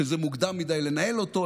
שזה מוקדם לנהל אותו,